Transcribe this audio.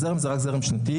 הזרם הוא רק זרם שנתי.